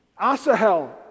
Asahel